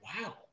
wow